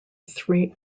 three